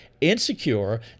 insecure